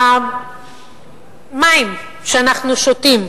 המים שאנחנו שותים,